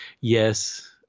yes